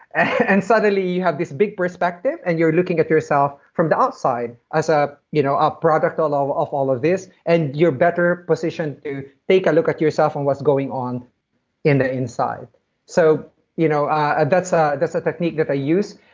and suddenly, you have this big perspective, and you're looking at yourself from the outside as a you know ah product ah of of all of this. and you're better positioned to take a look at yourself and what's going on in the inside so you know ah that's ah a technique that i use.